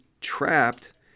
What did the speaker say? trapped